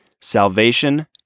salvation